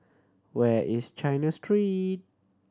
where is China Street